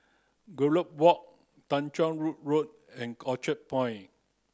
Gallop Walk Tanjong Rhu Road and Orchard Point